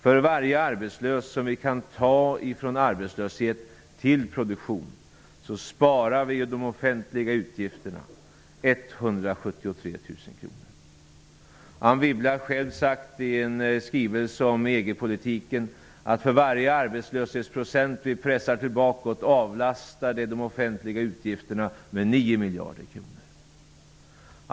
För varje arbetslös som vi kan ta från arbetslösheten till produktionen sparar vi 173 000 kr i de offentliga utgifterna. Anne Wibble har själv i en skrivelse om EG-politiken sagt att de offentliga utgifterna avlastas med 9 miljarder kronor för varje arbetslöshetsprocent som vi pressar tillbaka.